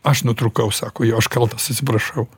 aš nutrūkau sako jo aš kaltas atsiprašau